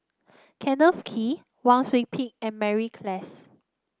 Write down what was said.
Kenneth Kee Wang Sui Pick and Mary Klass